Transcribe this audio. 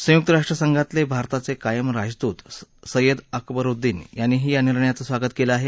संयुक राष्ट्रसंघातले भारताचे कायम राजदूत सय्यद अकबरुद्दीन यांनीही या निर्णयाचं स्वागत केलं आहे